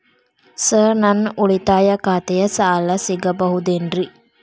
Sir ನನ್ನ ಉಳಿತಾಯ ಖಾತೆಯ ಸಾಲ ಸಿಗಬಹುದೇನ್ರಿ?